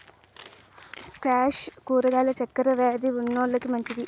squash కూరగాయలు చక్కర వ్యాది ఉన్నోలకి మంచివి